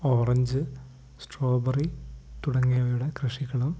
orange strawberry തുടങ്ങിയവയുടെ കൃഷികളും